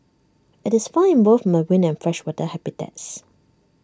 IT is found in both marine and freshwater habitats